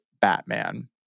Batman